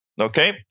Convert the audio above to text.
okay